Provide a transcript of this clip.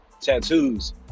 tattoos